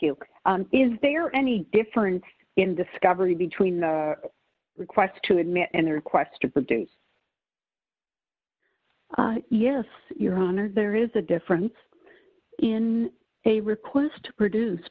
you is there any difference in discovery between the request to admit and the request to produce yes your honor there is a difference in a request to produce